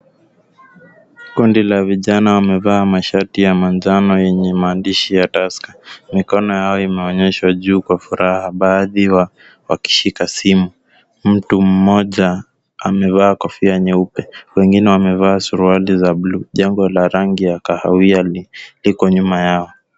Kundi la vijana wamevaa mashati ya manjano yenye maandishi ya Tusker, mikono yao inaonyesha juu kwa furaha, baadhi wakishika simu. Mtu mmoja amevaa kofia nyeupe, wengine wamevaa suruali za bluu, jengo la rangi ya kahawia liko nyuma yao.